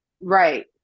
right